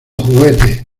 juguete